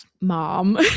Mom